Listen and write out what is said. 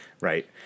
Right